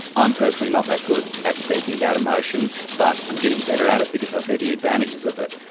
i'm personally not that good at speaking about emotions but i'm getting better at it because i see the advantages of it.